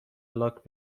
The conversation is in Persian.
لاک